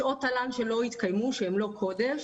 שעות תל"ן שלא התקיימו שהן לא קודש,